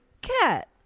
cat